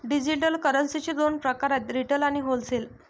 digital करन्सीचे दोन प्रकार आहेत रिटेल आणि होलसेल